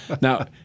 Now